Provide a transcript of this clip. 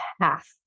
half